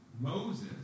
Moses